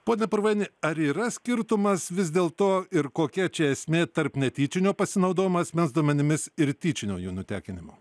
pone purvaini ar yra skirtumas vis dėl to ir kokia čia esmė tarp netyčinio pasinaudojimo asmens duomenimis ir tyčinio jų nutekinimo